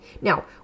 Now